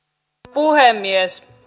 puhemies